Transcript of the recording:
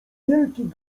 wielki